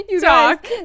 talk